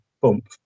bump